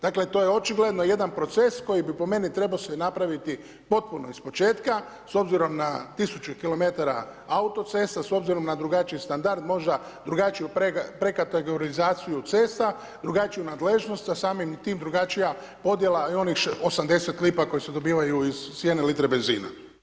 Dakle, to je očigledno jedan proces koji bi po meni trebao se napraviti potpuno ispočetka s obzirom na tisuću km autocesta, s obzirom na drugačiji standard, možda drugačiju prekategorizaciju cesta, drugačiju nadležnost, a samim i tim drugačija podjela i onih 80 lipa koje se dobivaju iz jedne litre benzina.